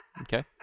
Okay